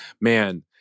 Man